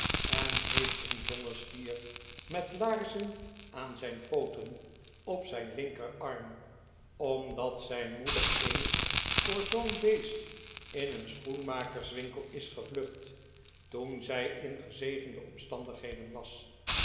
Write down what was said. en heeft een dollen stier met laarzen aan zijn pooten op zijn linkerarm omdat zijn moeder eens voor zoo'n beest in een schoenmakerswinkel is gevlucht toen zij in gezegende omstandigheden was